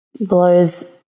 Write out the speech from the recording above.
blows